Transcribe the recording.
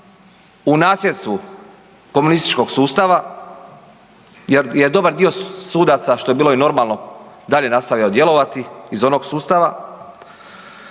u nasljedstvu komunističkog sustava jer dobar dio sudaca što je bilo i normalno dalje je nastavio djelovati iz onog sustava.